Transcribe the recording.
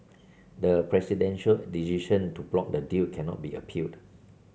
the presidential decision to block the deal cannot be appealed